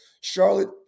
Charlotte